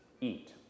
Eat